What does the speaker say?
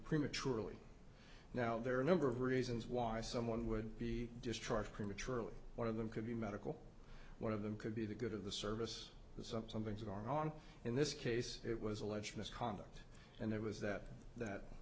prematurely now there are a number of reasons why someone would be discharged prematurely one of them could be medical one of them could be the good of the service something's going on in this case it was alleged misconduct and it was that that